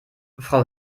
frau